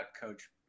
Coach